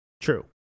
True